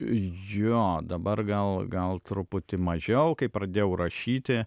jo dabar gal gal truputį mažiau kai pradėjau rašyti